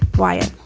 wyatt?